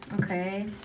Okay